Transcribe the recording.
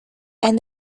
and